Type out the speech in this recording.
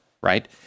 right